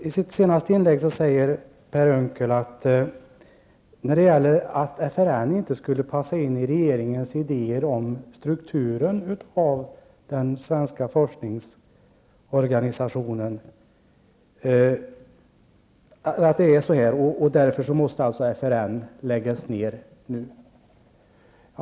I sitt senaste inlägg säger Per Unckel att FRN inte skulle passa in i regeringens idéer om strukturen av den svenska forskningsorganisationen. Därför måste FRN läggas ned nu.